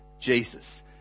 Jesus